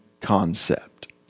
concept